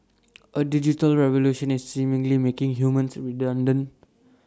A digital revolution is seemingly making humans redundant